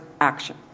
action